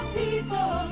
people